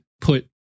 put